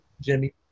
Jimmy